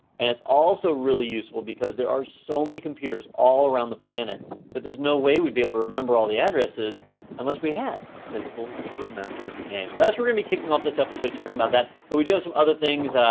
and it's also really useful because there are so many computers all around the planet that there's no way we'd be able to remember all the addresses unless we had simple to remember names. that's where we're gonna be kicking off this episode, talking about that, but we do have some other things.